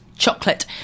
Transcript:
Chocolate